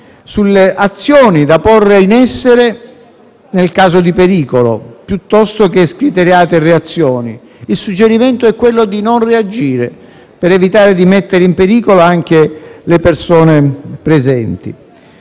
sulle azioni da porre in essere nel caso di pericolo, piuttosto che scriteriate reazioni. Il suggerimento è quello di non reagire per evitare di mettere in pericolo anche le persone presenti.